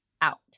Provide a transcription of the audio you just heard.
out